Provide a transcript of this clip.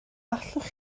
allwch